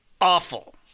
awful